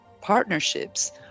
partnerships